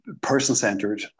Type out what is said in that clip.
person-centered